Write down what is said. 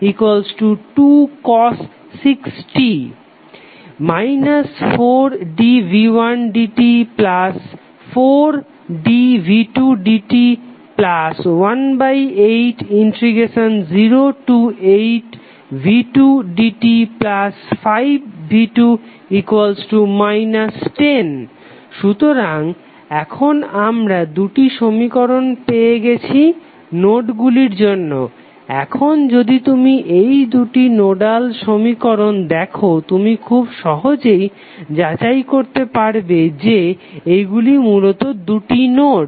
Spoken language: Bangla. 3v14dv1dt 4dv2dt2cos 6t 4dv1dt4dv2dt180tv2dt5v2 10 সুতরাং এখন আমরা দুটি সমীকরণ পেয়ে গেছি নোড গুলির জন্য এখন যদি তুমি এই দুটি নোডাল সমীকরণ দেখো তুমি খুব সহজেই যাচাই করতে পারবে যে এইগুলি মূলত দুটি নোড